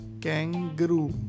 kangaroo